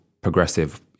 progressive